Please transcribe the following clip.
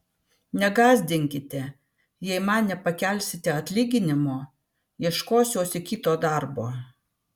negąsdinkite jei man nepakelsite atlyginimo ieškosiuosi kito darbo